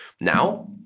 Now